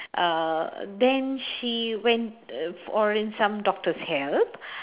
uh then she went for i~ some doctor's help